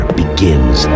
begins